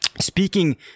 Speaking